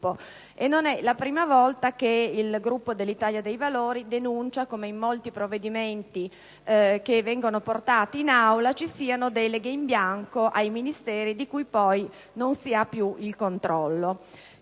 Non è la prima volta che il Gruppo dell'Italia dei Valori denuncia come in molti provvedimenti esaminati dall'Aula vi siano deleghe in bianco ai Ministeri, di cui poi non si ha più il controllo.